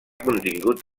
contingut